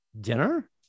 dinner